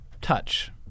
touch